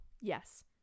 yes